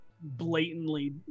blatantly